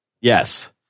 Yes